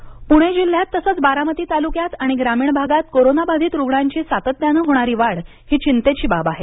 निर्देश पुणे जिल्ह्यात तसंच बारामती तालुक्यात आणि ग्रामीण भागात कोरोनाबाधित रुग्णांची सातत्याने होणारी वाढ ही चिंतेची बाब आहे